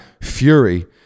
Fury